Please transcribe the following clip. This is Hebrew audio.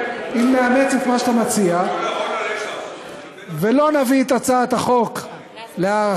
אם נאמץ את מה שאתה מציע ולא נביא את הצעת החוק להארכה